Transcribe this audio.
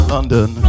London